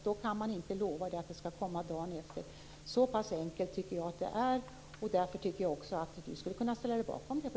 Då kan man inte lova att de skall komma dagen efter. Så enkelt tycker jag att det är, och därför skulle Stig Sandström kunna ställa sig bakom detta.